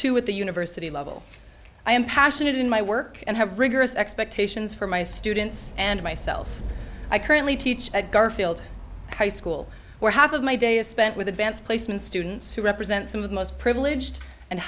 two at the university level i am passionate in my work and have rigorous expectations for my students and myself i currently teach at garfield high school where half of my day is spent with advanced placement students who represent some of the most privileged and